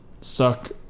suck